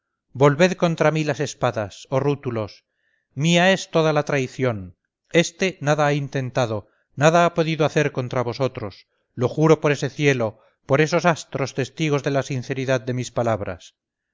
volved contra mí las espadas oh rútulos mía es toda la traición este nada ha intentado nada ha podido hacer contra vosotros lo juro por ese cielo por esos astros testigos de la sinceridad de mis palabras